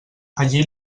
allí